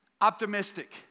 optimistic